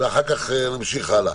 ואחר כך נמשיך הלאה.